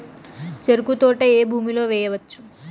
చెరుకు తోట ఏ భూమిలో వేయవచ్చు?